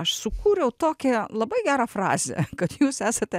aš sukūriau tokią labai gerą frazę kad jūs esate